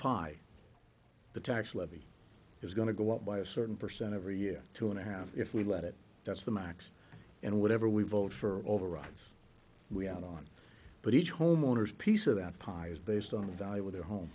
pie the tax levy is going to go up by a certain percent every year or two and a half if we let it that's the max and whatever we vote for overrides we out on but each homeowner's piece of that pie is based on the value of their home